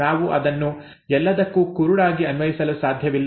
ನಾವು ಅದನ್ನು ಎಲ್ಲದಕ್ಕೂ ಕುರುಡಾಗಿ ಅನ್ವಯಿಸಲು ಸಾಧ್ಯವಿಲ್ಲ